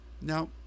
Now